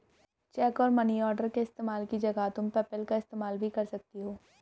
check और money order के इस्तेमाल की जगह तुम पेपैल का इस्तेमाल भी कर सकती हो